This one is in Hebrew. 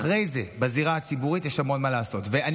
אחרי זה יש המון מה לעשות בזירה הציבורית.